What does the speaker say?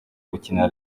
gukinira